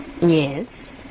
yes